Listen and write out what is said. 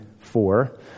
four